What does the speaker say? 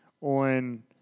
on